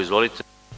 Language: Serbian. Izvolite.